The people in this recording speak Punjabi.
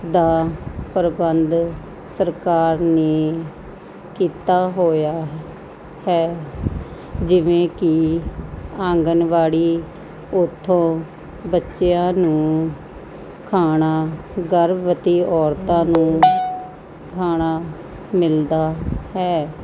ਦਾ ਪ੍ਰਬੰਧ ਸਰਕਾਰ ਨੇ ਕੀਤਾ ਹੋਇਆ ਹੈ ਜਿਵੇਂ ਕਿ ਆਂਗਨਵਾੜੀ ਉਥੋਂ ਬੱਚਿਆਂ ਨੂੰ ਖਾਣਾ ਗਰਭਵਤੀ ਔਰਤਾਂ ਨੂੰ ਖਾਣਾ ਮਿਲਦਾ ਹੈ